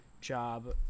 job